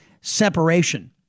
separation